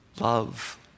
Love